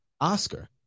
Oscar